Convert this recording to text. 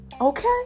Okay